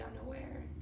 unaware